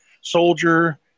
soldier